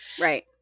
right